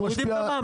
מורידים מע"מ.